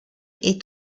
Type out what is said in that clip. est